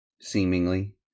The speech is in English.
seemingly